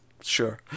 Sure